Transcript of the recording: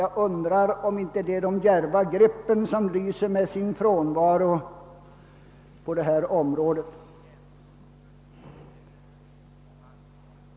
Jag undrar om det inte är de djärva greppen som lyser med sin frånvaro på det här området.